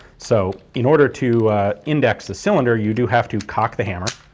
so in order to index the cylinder you do have to cock the hammer.